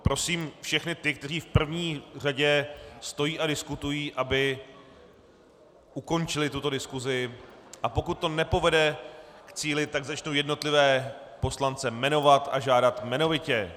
Prosím všechny ty, kteří v první řadě stojí a diskutují, aby ukončili tuto diskusi, a pokud to nepovede k cíli, začnu jednotlivé poslance jmenovat a žádat jmenovitě.